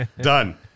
Done